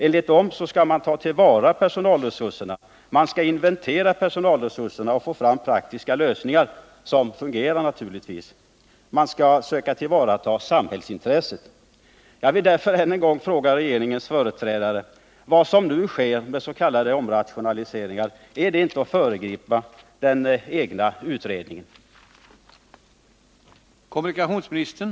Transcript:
Enligt dem skall man ta till vara personalresurserna. Man skall inventera dessa för att få fram praktiska lösningar som fungerar. Man skall försöka ta till vara samhällsintresset. med s.k. omrationaliseringar inte är att föregripa den egna utredningen. Tisdagen den 20 november 1979